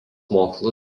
mokslų